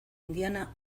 indiana